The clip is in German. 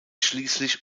schließlich